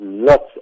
Lots